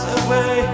away